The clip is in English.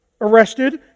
arrested